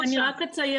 אני רק אציין